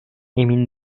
emin